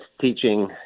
teaching